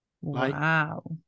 Wow